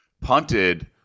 punted